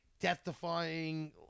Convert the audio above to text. death-defying